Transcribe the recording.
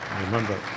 remember